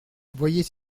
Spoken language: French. voyez